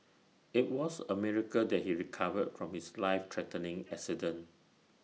IT was A miracle that he recovered from his life threatening accident